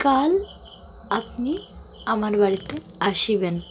কাল আপনি আমার বাড়িতে আসিবেন